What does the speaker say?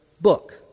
book